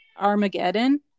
armageddon